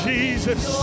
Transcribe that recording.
Jesus